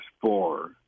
four